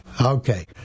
Okay